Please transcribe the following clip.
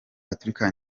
gatulika